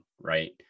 right